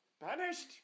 Banished